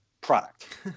product